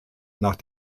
nach